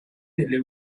nelle